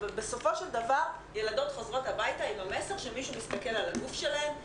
בסופו של דבר ילדות חוזרות הביתה עם המסר שמישהו מסתכל על הגוף שלהן,